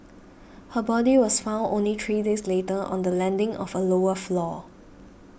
her body was found only three days later on the landing of a lower floor